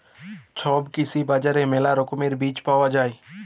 ছব কৃষি বাজারে মেলা রকমের বীজ পায়া যাই